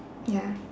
ya